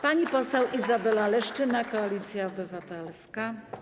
Pani Poseł Izabela Leszczyna, Koalicja Obywatelska.